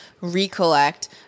recollect